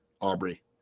Aubrey